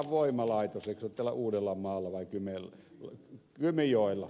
eikö se ole täällä uudellamaalla vai kymenlaksossa